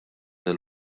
fil